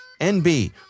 NB